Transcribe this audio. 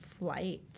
Flight